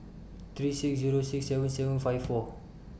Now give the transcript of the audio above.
three six Zero six seven seven five four